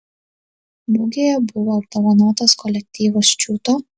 mugėje buvo apdovanotas kolektyvas čiūto